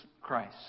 Christ